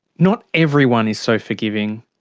not everyone is so forgiving.